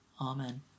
Amen